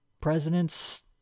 presidents